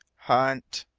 hunt.